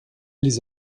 les